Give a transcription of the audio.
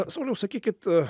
sauliau sakykit